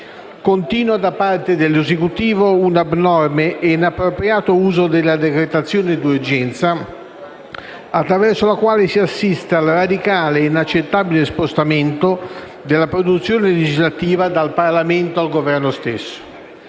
Continua, da parte dell'Esecutivo, un abnorme e inappropriato uso della decretazione d'urgenza, attraverso la quale si assiste al radicale e inaccettabile spostamento della produzione legislativa dal Parlamento al Governo.